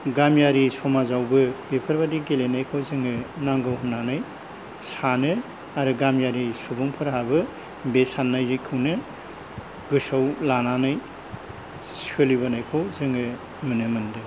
गामियारि समाजावबो बेफोर बायदि गेलेनायखौ जोंनो नांगौ होननानै सानो आरो गामियारि सुबुंफोरहाबो बे साननायजोंखौनो गोसोआव लानानै सोलिबोनायखौ जोङो नुनो मोन्दों